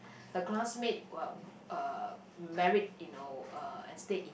her classmate well uh married you know uh and stayed in